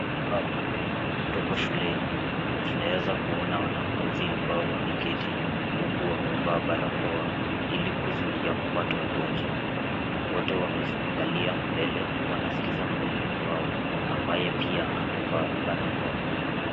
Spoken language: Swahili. Hapo tuko shuleni. Tunaeza kuona wanafunzi ambao wameketi, huku wamevaa barakoa ili kuzuia kupata ugonjwa. Wote wameangalia mbele wanasikiza mwalimu wao, ambaye pia amevaa barakoa.